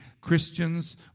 christians